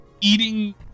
eating